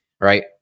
right